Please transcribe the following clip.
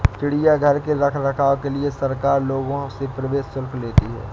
चिड़ियाघर के रख रखाव के लिए सरकार लोगों से प्रवेश शुल्क लेती है